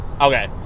okay